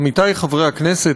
עמיתי חברי הכנסת,